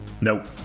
Nope